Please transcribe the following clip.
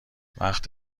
وقت